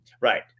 Right